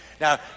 Now